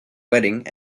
wedding